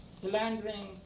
slandering